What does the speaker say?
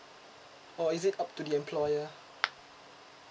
or is it up to the employer